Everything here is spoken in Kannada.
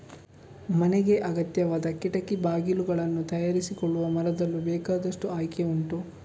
ಮನೆಗೆ ಅಗತ್ಯವಾದ ಕಿಟಕಿ ಬಾಗಿಲುಗಳನ್ನ ತಯಾರಿಸಿಕೊಳ್ಳುವ ಮರದಲ್ಲೂ ಬೇಕಾದಷ್ಟು ಆಯ್ಕೆ ಉಂಟು